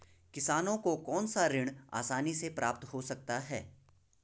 किसानों को कौनसा ऋण आसानी से प्राप्त हो सकता है?